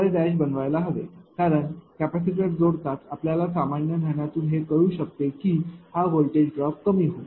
तर मी ते VRबनवायला हवे कारण कॅपॅसिटर जोडताच आपल्याला सामान्य ज्ञानातून हे कळू शकते की हा व्होल्टेज ड्रॉप कमी होईल